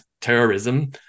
terrorism